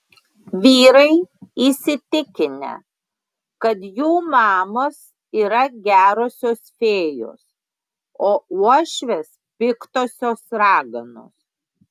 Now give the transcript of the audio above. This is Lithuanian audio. vyrai įsitikinę kad jų mamos yra gerosios fėjos o uošvės piktosios raganos